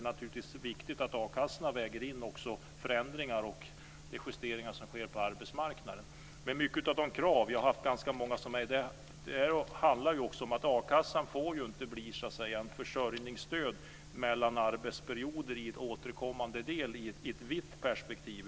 Det är viktigt att a-kassorna väger in förändringar och de justeringar som sker på arbetsmarknaden. Det handlar om att a-kassan inte får bli ett försörjningsstöd mellan återkommande arbetsperioder i ett vidare perspektiv.